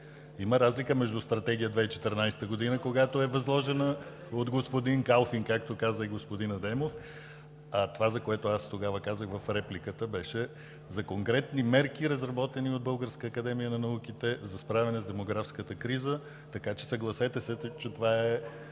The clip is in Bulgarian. Има разлика между Стратегия 2014 г., когато е възложена от господин Калфин, както каза господин Адемов, а това, за което аз тогава казах в репликата, беше за конкретни мерки, разработени от Българската академия на науките, за справяне с демографската криза. Така че съгласете се, че това е